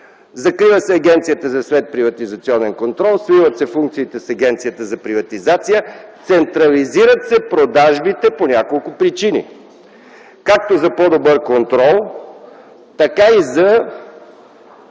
закрива се Агенцията за следприватизационен контрол, сливат се функциите й с Агенцията за приватизация, централизират се продажбите по няколко причини - както за по-добър контрол, така и за